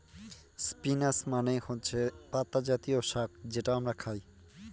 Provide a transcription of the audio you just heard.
spinach মানে হচ্ছে পাতা জাতীয় শাক যেটা আমরা খায়